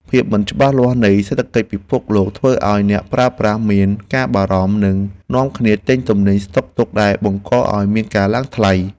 ភាពមិនច្បាស់លាស់នៃសេដ្ឋកិច្ចពិភពលោកធ្វើឱ្យអ្នកប្រើប្រាស់មានការបារម្ភ និងនាំគ្នាទិញទំនិញស្តុកទុកដែលបង្កឱ្យមានការឡើងថ្លៃ។